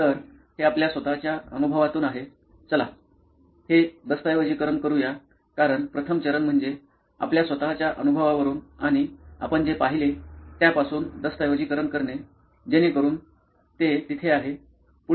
तर हे आपल्या स्वतःच्या अनुभवातून आहे चला हे दस्तऐवजीकरण करू या कारण प्रथम चरण म्हणजे आपल्या स्वतःच्या अनुभवावरून आणि आपण जे पाहिले त्यापासून दस्तऐवजीकरण करणे जेणेकरून ते तिथे आहे